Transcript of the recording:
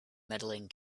medaling